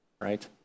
right